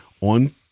On